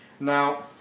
Now